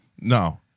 No